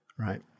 Right